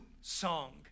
song